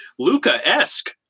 Luca-esque